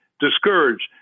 discouraged